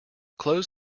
clothes